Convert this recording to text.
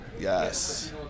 Yes